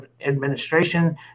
administration